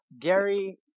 Gary